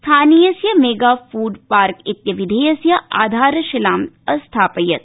स्थानीयस्य mega food park इत्यभिधेयस्य आधारशिलां अस्थापयत्